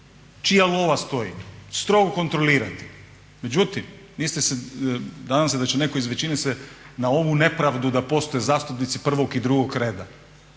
čija lova stoji, strogo kontrolirati, međutim nadam se da će netko iz većine se na ovu nepravdu da postoje zastupnici prvog i drugog reda.